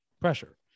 pressure